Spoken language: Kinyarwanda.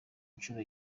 nshuro